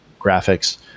graphics